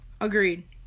Agreed